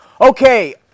Okay